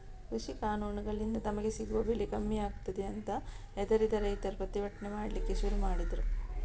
ಕೃಷಿ ಕಾನೂನುಗಳಿಂದ ತಮಗೆ ಸಿಗುವ ಬೆಲೆ ಕಮ್ಮಿ ಆಗ್ತದೆ ಅಂತ ಹೆದರಿದ ರೈತರು ಪ್ರತಿಭಟನೆ ಮಾಡ್ಲಿಕ್ಕೆ ಶುರು ಮಾಡಿದ್ರು